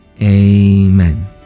amen